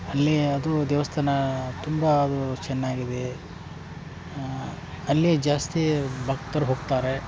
ಅಲ್ಲಿ ಅದು ದೇವಸ್ಥಾನ ತುಂಬ ಅದು ಚೆನ್ನಾಗಿದೆ ಅಲ್ಲಿ ಜಾಸ್ತಿ ಭಕ್ತರು ಹೋಗ್ತಾರೆ